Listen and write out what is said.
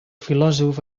filòsof